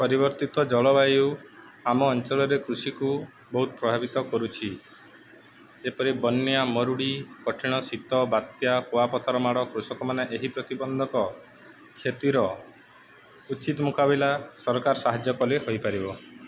ପରିବର୍ତ୍ତିତ ଜଳବାୟୁ ଆମ ଅଞ୍ଚଳରେ କୃଷିକୁ ବହୁତ ପ୍ରଭାବିତ କରୁଛି ଏପରି ବନ୍ୟା ମରୁଡ଼ି କଠିନ ଶୀତ ବାତ୍ୟା କୁଆପଥର ମାଡ଼ କୃଷକମାନେ ଏହି ପ୍ରତିିବନ୍ଧକ କ୍ଷତିର ଉଚିତ ମୁକାବିଲା ସରକାର ସାହାଯ୍ୟ କଲେ ହୋଇପାରିବ